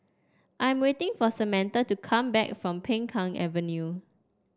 I am waiting for Samantha to come back from Peng Kang Avenue